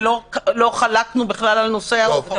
ולא חלקנו בכלל על נושא החוק.